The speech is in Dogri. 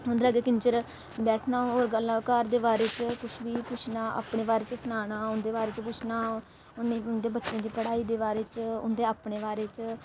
उं'दे अग्गें किन्ने चिर बैठना होर गल्लां घर दे बारे च कुछ बी पुच्छना अपने बारे च सनाना उं'दे बारे च पुच्छना उ'नेंगी उं'दे बच्चें दी पढ़ाई दे बारे च उं'दे अपने बारे च